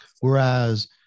Whereas